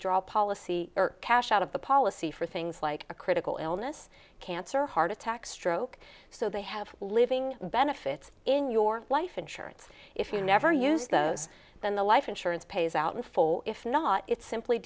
drop policy or cash out of the policy for things like a critical illness cancer or heart attack stroke so they have living benefits in your life insurance if you never use those then the life insurance pays out in full if not it's simply